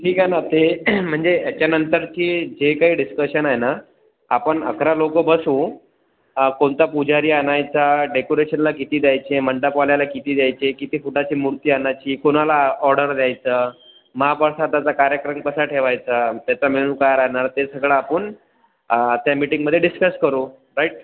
ठीक आहे ना ते म्हणजे याच्यानंतरचे जे काही डिस्कशन आहे ना आपण अकरा लोकं बसू कोणता पुजारी आणायचा डेकोरेशनला किती द्यायचे मंडपवाल्याला किती द्यायचे किती फुटाची मूर्ती आणायची कोणाला ऑडर द्यायचा महाप्रसादाचा कार्यक्रम कसा ठेवायचा त्याचा मेनू काय राहणार ते सगळं आपण त्या मीटिंगमध्ये डिस्कस करू राईट